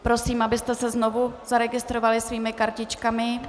Prosím, abyste se znovu zaregistrovali svými kartičkami.